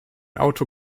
auto